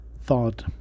thought